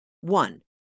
one